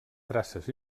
traces